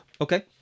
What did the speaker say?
Okay